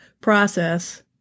process